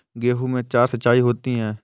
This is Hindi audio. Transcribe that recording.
गेहूं में चार सिचाई होती हैं